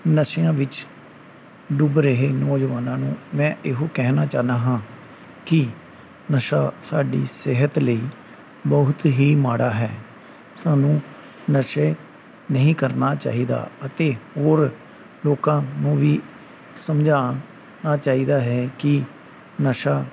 ਨਸ਼ਿਆਂ ਵਿੱਚ ਡੁੱਬ ਰਹੇ ਨੌਜਵਾਨਾਂ ਨੂੰ ਮੈਂ ਇਹੋ ਕਹਿਣਾ ਚਾਹੁੰਦਾ ਹਾਂ ਕਿ ਨਸ਼ਾ ਸਾਡੀ ਸਿਹਤ ਲਈ ਬਹੁਤ ਹੀ ਮਾੜਾ ਹੈ ਸਾਨੂੰ ਨਸ਼ਾ ਨਹੀਂ ਕਰਨਾ ਚਾਹੀਦਾ ਅਤੇ ਹੋਰ ਲੋਕਾਂ ਨੂੰ ਵੀ ਸਮਝਾਉਣਾ ਚਾਹੀਦਾ ਹੈ ਕਿ ਨਸ਼ਾ